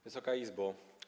Wysoka Izbo!